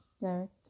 Direct